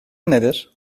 nedir